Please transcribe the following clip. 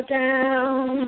down